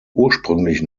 ursprünglich